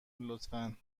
لطفا